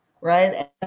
right